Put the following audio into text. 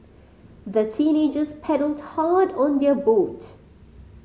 the teenagers paddled hard on their boat